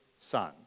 son